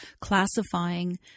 classifying